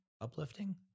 Uplifting